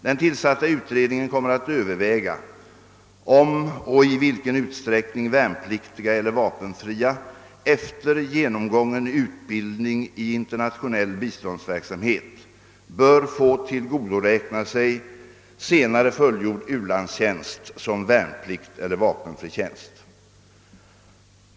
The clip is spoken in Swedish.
Den tillsatta utredningen kommer att överväga, om och i vilken utsträckning värnpliktiga eller vapenfria efter genomgången utbildning i internationell biståndsverksamhet bör få tillgodoräkna sig senare fullgjord u-landstjänst som värnplikt eller vapenfri tjänst.